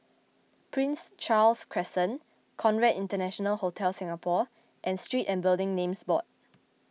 Prince Charles Crescent Conrad International Hotel Singapore and Street and Building Names Board